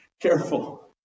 Careful